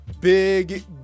Big